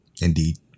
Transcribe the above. indeed